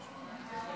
השכל,